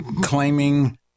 claiming